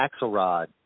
Axelrod